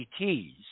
ETs